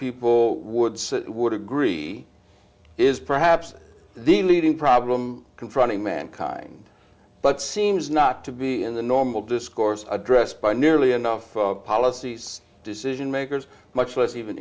people would say would agree is perhaps the leading problem confronting mankind but seems not to be in the normal discourse addressed by nearly enough policies decision makers much less even